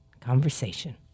conversation